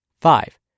Five